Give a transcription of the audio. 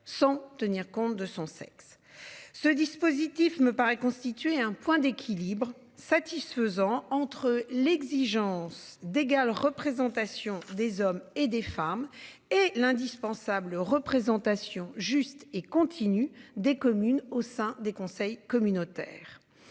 sans tenir compte de son sexe ce dispositif me paraît constituer un point d'équilibre satisfaisant entre l'exigence d'égale représentation des hommes et des femmes et l'indispensable représentation juste et continue des communes au sein des conseils communautaires.